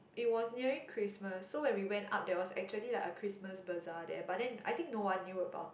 it was nearing Christmas so when we went up there was actually like a Christmas bazaar there but then I think no one knew about it